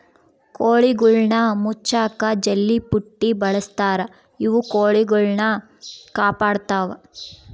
ಕೋಳಿಗುಳ್ನ ಮುಚ್ಚಕ ಜಲ್ಲೆಪುಟ್ಟಿ ಬಳಸ್ತಾರ ಇವು ಕೊಳಿಗುಳ್ನ ಕಾಪಾಡತ್ವ